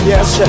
Yes